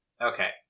Okay